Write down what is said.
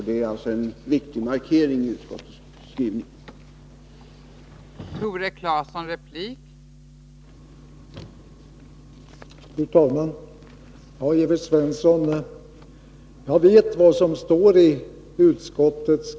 Det är en viktig markering i utskottets skrivning.